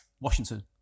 Washington